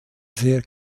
sehr